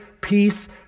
peace